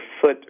foot